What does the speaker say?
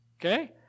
Okay